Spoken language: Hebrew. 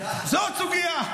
זאת סוגיה.